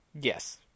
Yes